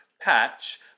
patch